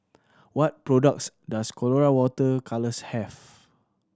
what products does Colora Water Colours have